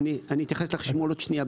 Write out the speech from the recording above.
אתייחס לחשמול עוד שנייה,